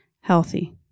healthy